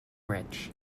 rich